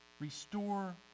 restore